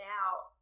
out